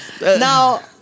Now